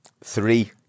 three